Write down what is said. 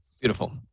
Beautiful